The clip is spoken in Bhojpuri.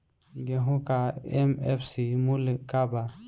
गेहू का एम.एफ.सी मूल्य का बा?